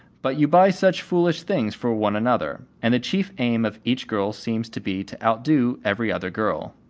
but you buy such foolish things for one another, and the chief aim of each girl seems to be to outdo every other girl.